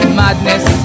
madness